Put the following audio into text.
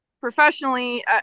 professionally